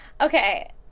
okay